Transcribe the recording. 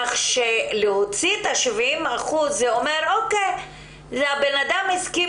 כך שלהוציא את ה-70% זה אומר שהבן אדם הסכים